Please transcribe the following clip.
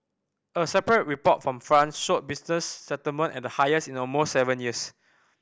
a separate report from France showed business sentiment at the highest in almost seven years